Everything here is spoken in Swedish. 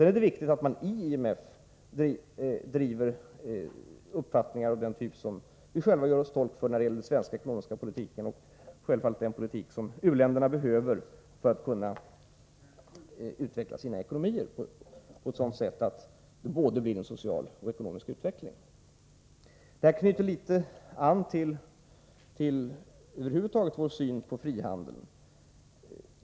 Det är då viktigt att man i IMF driver uppfattningar av den typ som vi själva gör oss till tolk för när det gäller den svenska ekonomiska politiken och självfallet också den politik som uländerna behöver för att kunna utveckla sina ekonomier på ett sådant sätt att det blir en social och ekonomisk utveckling. Detta anknyter litet till vår syn över huvud taget på frihandeln.